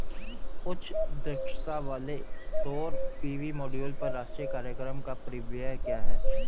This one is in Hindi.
उच्च दक्षता वाले सौर पी.वी मॉड्यूल पर राष्ट्रीय कार्यक्रम का परिव्यय क्या है?